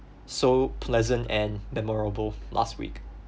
so pleasant and memorable last week